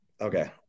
Okay